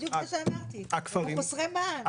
בדיוק מה שאמרתי, הם מחוסרי מען.